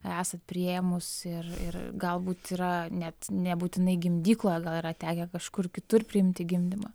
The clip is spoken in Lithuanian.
esat priėmus ir ir galbūt yra net nebūtinai gimdykloje yra tekę kažkur kitur priimti gimdymą